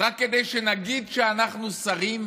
רק כדי שנגיד שאנחנו שרים?